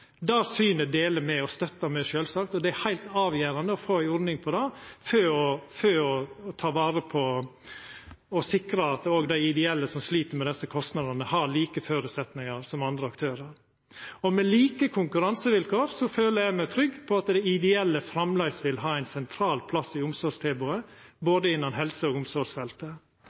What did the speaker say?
Det synet deler og støttar me sjølvsagt. Det er heilt avgjerande å få ei ordning på det for å ta vare på og sikra at òg dei ideelle som slit med desse kostnadane, har like føresetnader som andre aktørar. Med like konkurransevilkår føler eg meg trygg på at dei ideelle framleis vil ha ein sentral plass i omsorgstilbodet – innan helse- og omsorgsfeltet,